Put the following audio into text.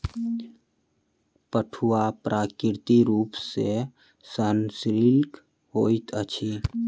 पटुआ प्राकृतिक रूप सॅ सड़नशील होइत अछि